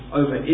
over